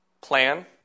plan